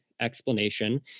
explanation